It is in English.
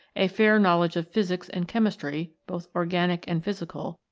a fair knowledge of physics and chem istry, both organic and physical,